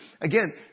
Again